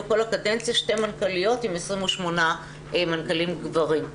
כל הקדנציה שתי מנכ"ליות עם 28 מנכ"לים גברים.